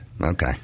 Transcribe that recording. Okay